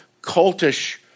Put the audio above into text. cultish